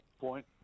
point